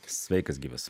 sveikas gyvas